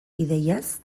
ideiaz